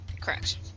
Correct